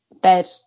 bed